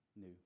new